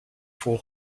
for